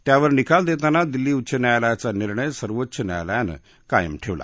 त्यावर निकाल देताना दिल्ली उच्च न्यायालयाचा निर्णय सर्वोच्च न्यायालयानं कायम ठेवला